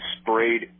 sprayed